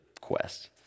quest